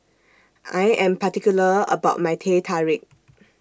I Am particular about My Teh Tarik